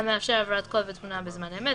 והמאפשר העברת קול ותמונה בזמן אמת,